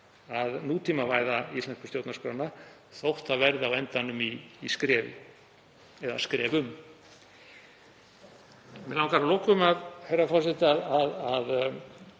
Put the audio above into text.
að nútímavæða íslensku stjórnarskrána þótt það verði á endanum í skrefi